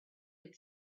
had